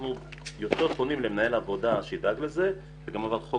אנחנו יותר פונים למנהל עבודה שידאג לזה וגם עבר חוק